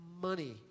money